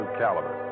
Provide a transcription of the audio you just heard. caliber